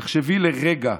תחשבי לרגע,